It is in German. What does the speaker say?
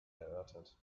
erörtert